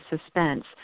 suspense